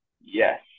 yes